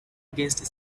against